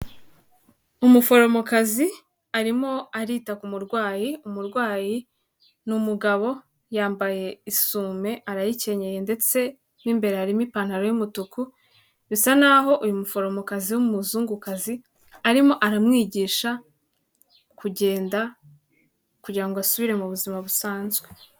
Umuforomokazi arimo arita ku murwayi, umurwayi ni umugabo, yambaye isume arayikeneye ndetse mo imbere harimo ipantaro y'umutuku, bisa naho uyu muforomokazi w'umuzungukazi, arimo aramwigisha kugenda kugira ngo asubire mu buzima busanzwe.